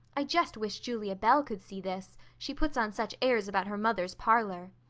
i just wish julia bell could see this she puts on such airs about her mother's parlor.